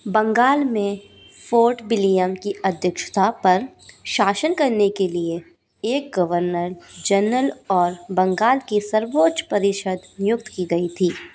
बंगाल में Fort William की अध्यक्षता पर शासन करने के लिए एक गवर्नर जनरल और बंगाल की सर्वोच्च परिषद नियुक्त की गई थी